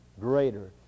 greater